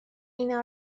اینا